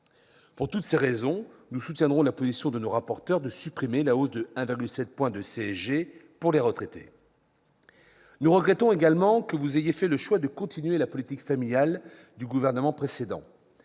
Pour toutes ces raisons, nous soutiendrons la proposition de nos rapporteurs de supprimer la hausse de 1,7 point de la CSG pour les retraités. Nous regrettons également que vous ayez fait le choix de continuer la politique familiale du gouvernement précédent.